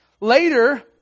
later